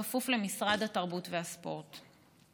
הכפוף למשרד התרבות והספורט.